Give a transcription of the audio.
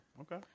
Okay